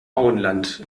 auenland